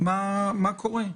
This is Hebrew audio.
מה קורה?